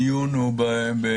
הדיון הוא בפרטים.